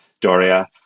Doria